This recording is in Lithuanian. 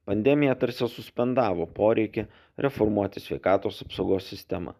pandemija tarsi suspendavo poreikį reformuoti sveikatos apsaugos sistemą